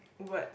word